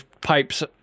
pipes